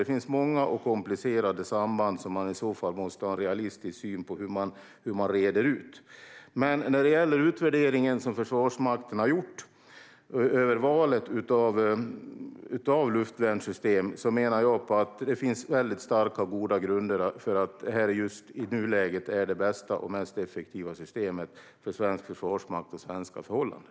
Det finns många och komplicerade samband som man i så fall måste ha en realistisk syn på hur man reder ut. När det gäller den utvärdering som Försvarsmakten har gjort av valet av luftvärnssystem menar jag att det finns starka och goda grunder för att detta i nuläget är det bästa och mest effektiva systemet för svensk försvarsmakt och svenska förhållanden.